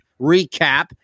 recap